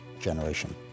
generation